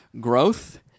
growth